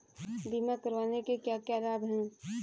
बीमा करवाने के क्या क्या लाभ हैं?